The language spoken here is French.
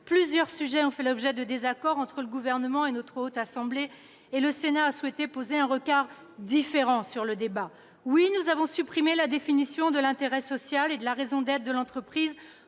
plusieurs sujets ont fait l'objet de désaccords entre le Gouvernement et notre Haute Assemblée, le Sénat ayant souhaité poser un regard différent sur le débat. Oui, nous avons supprimé la définition de l'intérêt social et de la raison d'être de l'entreprise